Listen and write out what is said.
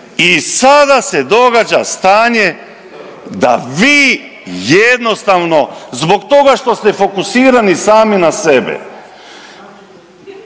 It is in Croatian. I sada se događa stanje da vi jednostavno zbog toga što ste fokusirani sami na sebe,